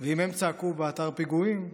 ואם הם צעקו באתר פיגועים,